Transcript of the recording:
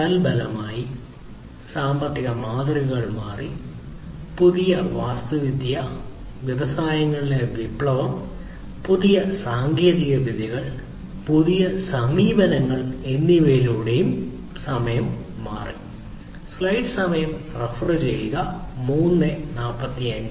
തൽഫലമായി സാമ്പത്തിക മാതൃകകൾ മാറി സാമൂഹിക വാസ്തുവിദ്യ വ്യവസായങ്ങളിലെ വിപ്ലവം പുതിയ സാങ്കേതികവിദ്യകൾ പുതിയ സമീപനങ്ങൾ എന്നിവയിലൂടെ എല്ലാം മാറി